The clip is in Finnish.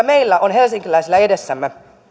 meillä helsinkiläisillä on edessämme